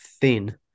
thin